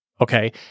okay